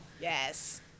Yes